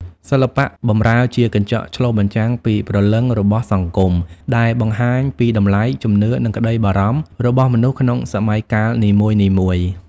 សិល្បៈបម្រើជាកញ្ចក់ឆ្លុះបញ្ចាំងពីព្រលឹងរបស់សង្គម ដែលបង្ហាញពីតម្លៃ ជំនឿ និងក្តីបារម្ភរបស់មនុស្សក្នុងសម័យកាលនីមួយៗ។